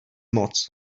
moc